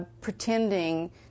pretending